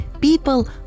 people